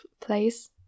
place